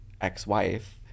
ex-wife